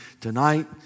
tonight